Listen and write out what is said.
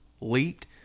leaked